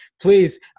Please